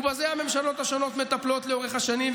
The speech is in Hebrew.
ובזה הממשלות השונות מטפלות לאורך השנים,